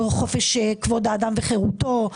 לא חופש כבוד האדם וחירותו,